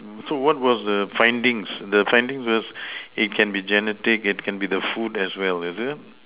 so what was the findings the findings is it can be genetics it can be the food as well is it